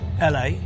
LA